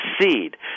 succeed